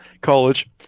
college